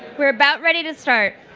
we're about ready to start.